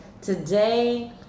today